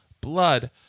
Blood